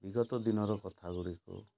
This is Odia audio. ବିଗତ ଦିନର କଥା ଗୁଡ଼ିକୁ